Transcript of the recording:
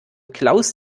klaus